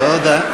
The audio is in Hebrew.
תודה.